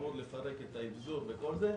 אמור לפרק את האגזור וכל זה.